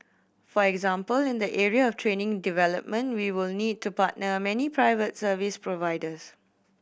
for example in the area of training development we will need to partner many private service providers